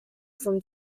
from